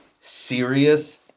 serious